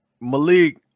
Malik